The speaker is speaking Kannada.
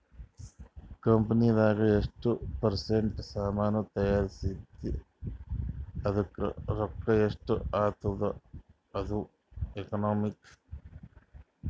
ಕಂಪನಿದಾಗ್ ಎಷ್ಟ ಪರ್ಸೆಂಟ್ ಸಾಮಾನ್ ತೈಯಾರ್ಸಿದಿ ಅದ್ದುಕ್ ರೊಕ್ಕಾ ಎಷ್ಟ ಆತ್ತುದ ಅದು ಎಕನಾಮಿ